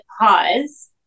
pause